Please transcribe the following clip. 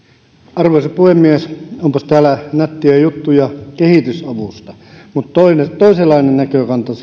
arvoisa puhemies onpas täällä nättejä juttuja kehitysavusta mutta toisenlainen näkökanta